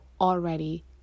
already